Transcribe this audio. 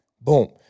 boom